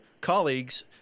Colleagues